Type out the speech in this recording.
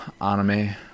anime